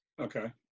Okay